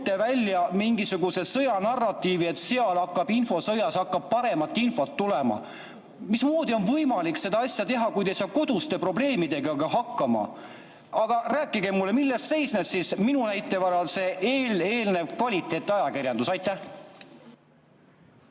välja mingisuguse sõjanarratiivi, et infosõjas hakkab paremat infot tulema. Mismoodi on võimalik seda asja teha, kui te ei saa koduste probleemidegagi hakkama? Aga rääkige mulle, milles seisneb siis minu näite varal see kvaliteetajakirjandus. Suur